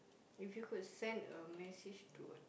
if you could send a message to a